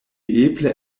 eble